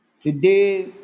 Today